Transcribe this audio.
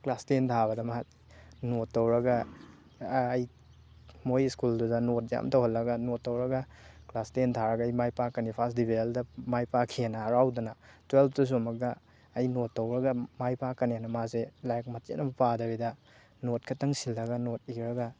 class ten ꯊꯥꯕꯗ ꯃꯍꯥꯛ ꯅꯣꯠ ꯇꯧꯔꯒ ꯃꯣꯏ ꯁ꯭ꯀꯨꯜꯗꯨꯗ ꯅꯣꯠ ꯌꯥꯝ ꯇꯧꯍꯜꯂꯒ ꯅꯣꯠ ꯇꯧꯔꯒ ꯀ꯭ꯂꯥꯁ ꯇꯦꯟ ꯊꯥꯔꯒ ꯑꯩ ꯃꯥꯏ ꯄꯥꯛꯀꯅꯤ ꯐꯥꯔꯁꯠ ꯗꯤꯕꯤꯖꯟꯗ ꯃꯥꯏ ꯄꯥꯛꯈꯤꯑꯅ ꯍꯔꯥꯎꯗꯅ ꯇꯨꯋꯦꯜꯕꯇꯁꯨ ꯑꯃꯨꯛꯀ ꯑꯩ ꯅꯣꯠ ꯇꯧꯔꯒ ꯃꯥꯏ ꯄꯥꯛꯀꯅꯦꯅ ꯃꯥꯁꯦ ꯂꯥꯏꯔꯤꯛ ꯃꯆꯦꯠ ꯑꯃꯇ ꯄꯥꯗꯕꯤꯗ ꯅꯣꯠ ꯈꯛꯇꯪ ꯁꯤꯜꯂꯒ ꯅꯣꯠ ꯏꯔꯒ